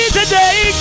today